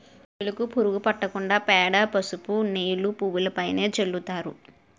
పువ్వులుకు పురుగు పట్టకుండా పేడ, పసుపు నీళ్లు పువ్వులుపైన చల్లుతారు